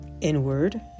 inward